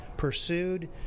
pursued